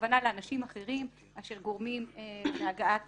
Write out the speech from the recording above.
הכוונה לאנשים אחרים אשר גורמים להגעת